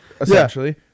essentially